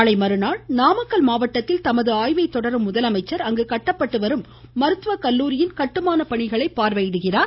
நாளை மறுநாள் நாமக்கல் மாவட்டத்தில் தனது ஆய்வை தொடரும் முதலமைச்சர் அங்கு கட்டப்பட்டு வரும் மருத்துவ கல்லுாரி கட்டுமான பணிகளை பார்வையிடுகிறார்